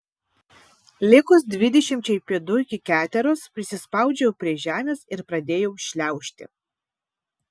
likus dvidešimčiai pėdų iki keteros prisispaudžiau prie žemės ir pradėjau šliaužti